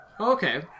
Okay